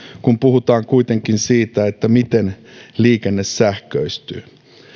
kun puhutaan kuitenkin siitä miten liikenne sähköistyy